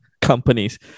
companies